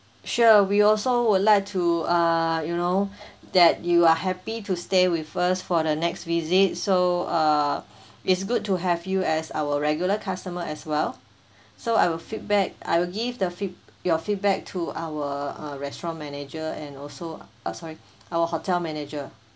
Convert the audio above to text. sure we also would like to err you know that you are happy to stay with us for the next visit so err it's good to have you as our regular customer as well so I will feedback I will give the feed~ your feedback to our uh restaurant manager and also uh sorry our hotel manager